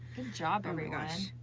job everyone,